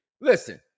Listen